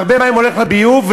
והרבה מים הולכים לביוב,